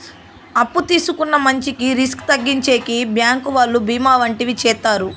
అప్పు తీసుకున్న మంచికి రిస్క్ తగ్గించేకి బ్యాంకు వాళ్ళు బీమా వంటివి చేత్తారు